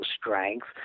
strength